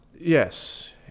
Yes